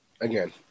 again